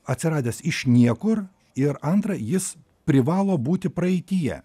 atsiradęs iš niekur ir antra jis privalo būti praeityje